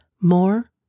More